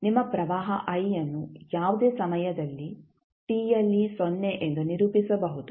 ನಿಮ್ಮ ಪ್ರವಾಹ i ಅನ್ನು ಯಾವುದೇ ಸಮಯದಲ್ಲಿ t ಯಲ್ಲಿ ಸೊನ್ನೆ ಎಂದು ನಿರೂಪಿಸಬಹುದು